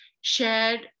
shared